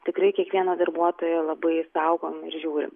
tikrai kiekvieno darbuotojo labai saugom ir žiūrim